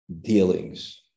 dealings